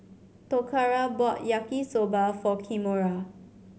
Toccara bought Yaki Soba for Kimora